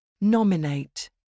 Nominate